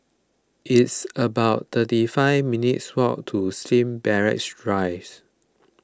it's about thirty five minutes' walk to Slim Barracks Rise